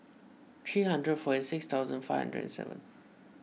three hundred forty six thousand five hundred and seven